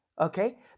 okay